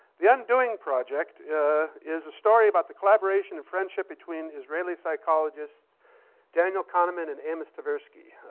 the undoing project is a story about the collaboration of friendship between israeli psychologists daniel kahneman and amos tversky.